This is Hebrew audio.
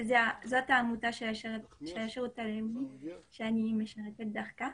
שזאת העמותה שאני משרתת דרכה,